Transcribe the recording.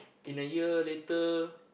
in a year later